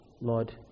Lord